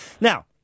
Now